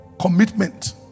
commitment